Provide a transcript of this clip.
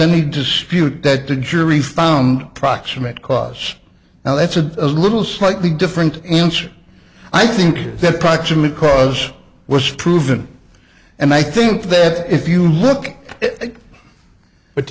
any dispute that the jury found proximate cause now that's a little slightly different answer i think the proximate cause was proven and i think that if you look but do